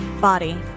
body